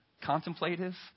contemplative